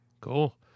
Cool